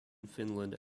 finland